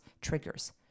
triggers